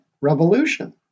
revolution